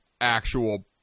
actual